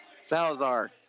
Salazar